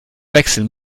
wechseln